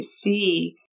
see